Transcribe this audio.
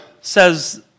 says